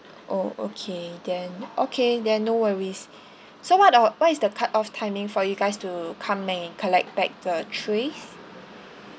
oh okay then okay then no worries so what are what is the cut off timing for you guys to come and collect back the cutleries